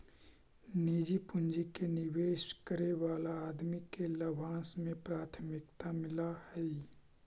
निजी पूंजी के निवेश करे वाला आदमी के लाभांश में प्राथमिकता मिलऽ हई